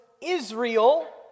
Israel